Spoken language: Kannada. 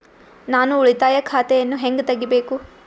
ನಾನು ಉಳಿತಾಯ ಖಾತೆಯನ್ನು ಹೆಂಗ್ ತಗಿಬೇಕು?